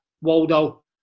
Waldo